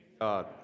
God